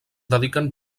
dediquen